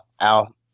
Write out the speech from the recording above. Al